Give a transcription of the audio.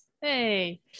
Hey